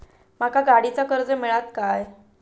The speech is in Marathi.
माका गाडीचा कर्ज मिळात काय?